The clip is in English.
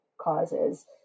causes